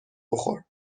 بخور